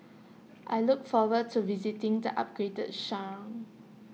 I look forward to visiting the upgraded Shrine